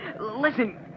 Listen